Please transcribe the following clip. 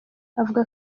avuga